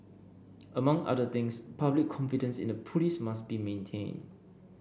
amongst other things public confidence in the police must be maintained